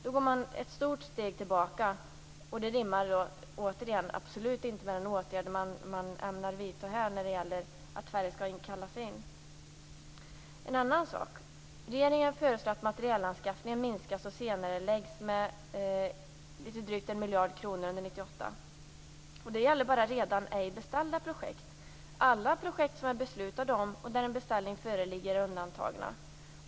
Då går man ett stort steg tillbaka, och det rimmar återigen absolut inte med de åtgärder man ämnar vidta, att färre skall kallas in. En annan sak är att regeringen föreslår att materielanskaffningen minskas och senareläggs med litet drygt 1 miljard kronor under 1998. Det gäller enbart ej redan beställda projekt. Alla projekt som är beslutade och där en beställning föreligger är undantagna.